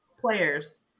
players